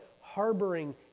harboring